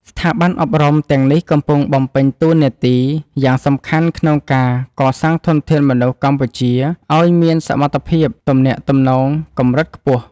ស្ថាប័នអប់រំទាំងនេះកំពុងបំពេញតួនាទីយ៉ាងសំខាន់ក្នុងការកសាងធនធានមនុស្សកម្ពុជាឱ្យមានសមត្ថភាពទំនាក់ទំនងកម្រិតខ្ពស់។